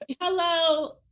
hello